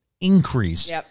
increase